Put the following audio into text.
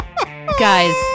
guys